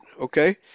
okay